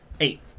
Eight